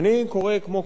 כמו כולנו,